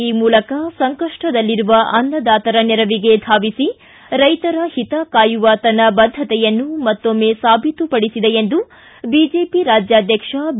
ಈ ಮೂಲಕ ಸಂಕಷ್ಟದಲ್ಲಿರುವ ಅನ್ನದಾತರ ನೆರವಿಗೆ ಧಾವಿಸಿ ರೈತರ ಹಿತ ಕಾಯುವ ತನ್ನ ಬದ್ಧತೆಯನ್ನು ಮತ್ತೊಮ್ಮೆ ಸಾಬೀತುಪಡಿಸಿದೆ ಎಂದು ಬಿಜೆಪಿ ರಾಜ್ಯಾಧ್ವಕ್ಷ ಬಿ